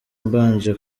mbanje